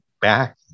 back